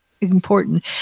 important